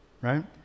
right